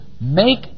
Make